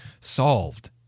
solved